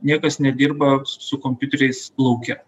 niekas nedirba su kompiuteriais lauke